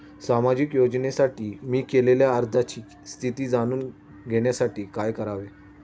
सामाजिक योजनेसाठी मी केलेल्या अर्जाची स्थिती जाणून घेण्यासाठी काय करावे?